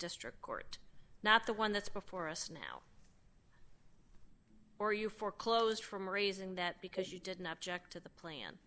district court not the one that's before us now or you foreclosed from raising that because you didn't object to the plan